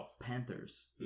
Panthers